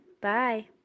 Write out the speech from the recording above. bye